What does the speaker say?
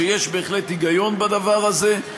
שיש בהחלט היגיון בדבר הזה,